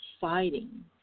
fighting